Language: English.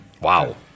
Wow